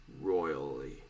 royally